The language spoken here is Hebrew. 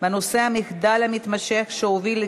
והוא לא יכול להרשות לעצמו את ההומור הירוד הזה,